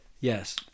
Yes